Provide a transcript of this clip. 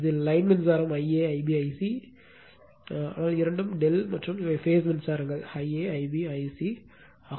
எனவே இது லைன் மின்சாரம் Ia Ib Ic இது லைன் மின்சாரம் ஆனால் இரண்டும் ∆ மற்றும் இவை பேஸ் மின்சாரம் Ia Ib Ic ஆகும்